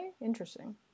Interesting